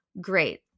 great